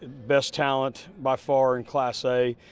best talent, by far, in class a.